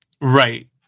Right